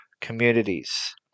communities